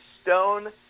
Stone